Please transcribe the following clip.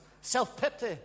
self-pity